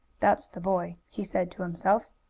that's the boy, he said to himself.